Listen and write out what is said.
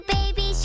Baby